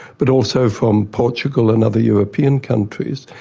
but also from portugal and other european countries.